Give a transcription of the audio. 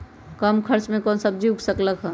कम खर्च मे कौन सब्जी उग सकल ह?